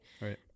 right